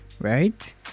right